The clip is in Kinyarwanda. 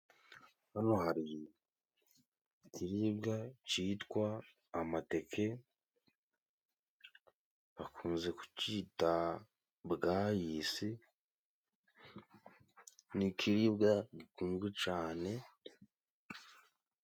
Hano hari ikiribwa cyitwa amateke. Bakunze kucyita Bwayisi. Ni ikiribwa gikunzwe cyane.